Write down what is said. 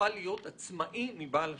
שיוכל להיות עצמאי מבעל השליטה,